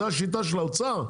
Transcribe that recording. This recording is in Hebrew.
זו השיטה של האוצר?